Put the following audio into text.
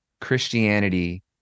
Christianity